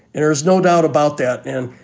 and there's no doubt about that. and,